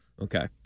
Okay